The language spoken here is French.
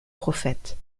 prophètes